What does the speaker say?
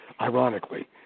ironically